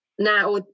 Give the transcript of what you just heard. Now